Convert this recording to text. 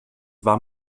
war